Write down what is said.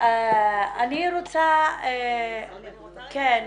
אני רוצה --- אני רוצה להתייחס, בבקשה.